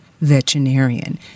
veterinarian